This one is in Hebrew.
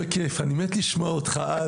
יש לנו שני סוגי פערי תקצוב,